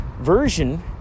version